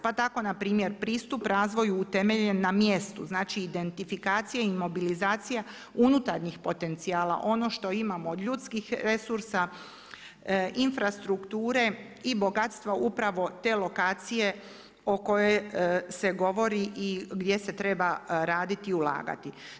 Pa tako, npr. pristup razvoju utemeljen na mjestu, znači identifikacije i mobilizacija unutarnjih potencijala, ono što imamo od ljudskih resursa, infrastrukture i bogatstva upravo te lokacije o kojoj se govori i gdje se treba raditi i ulagati.